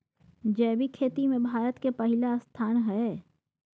जैविक खेती में भारत के पहिला स्थान हय